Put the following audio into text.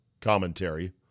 commentary